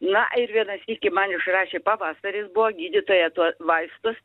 na ir vieną sykį man išrašė pavasaris buvo gydytoja tuo vaistus